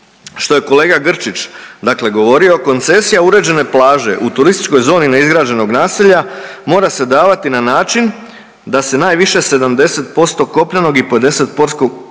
što je kolega Grčić dakle govorio, koncesija uređene plaže u turističkoj zoni neizgrađenog naselja mora se davati na način da se najviše 70% kopnenog i 50% morskog